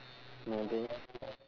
maybe